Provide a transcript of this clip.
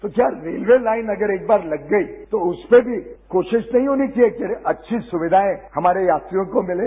तो क्या railway line अगर एक बार लग गई तो उस पे भी कोशिश नहीं होनी चाहिए कि अच्छी सुविधाएं हमारे यात्रियों को मिले